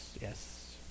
Yes